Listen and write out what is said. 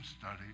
study